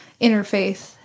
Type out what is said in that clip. interfaith